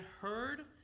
heard